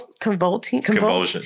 Convulsing